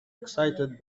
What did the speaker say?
excited